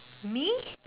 me